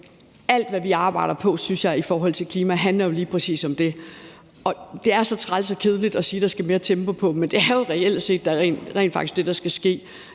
Alt, hvad vi arbejder på i forhold til klima, synes jeg handler lige præcis om det. Det er så træls og kedeligt at sige, der skal mere tempo på, men det er jo reelt set rent faktisk det, der skal ske.